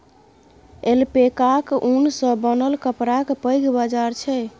ऐल्पैकाक ऊन सँ बनल कपड़ाक पैघ बाजार छै